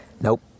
Nope